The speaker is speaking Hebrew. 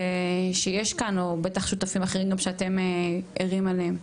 שיש כאן או שותפים אחרים שגם אתם ערים אליהם.